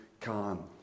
Khan